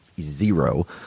zero